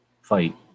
fight